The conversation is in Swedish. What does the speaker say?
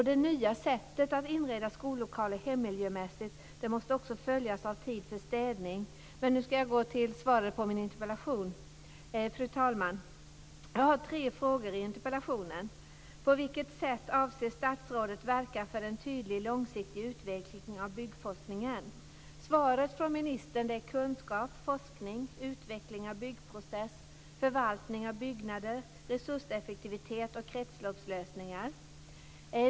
Det nya sättet att inreda skollokaler hemmiljömässigt måste också följas av tid för städning. Men nu skall jag gå till svaret på min interpellation. Fru talman! Jag har tre frågor i interpellationen. På vilket sätt avser statsrådet verka för en tydlig, långsiktig utveckling av byggforskningen? Svaret från ministern är kunskap, forskning, utveckling av byggprocess, förvaltning av byggnader, resurseffektivitet och kretsloppslösningar.